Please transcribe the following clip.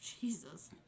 Jesus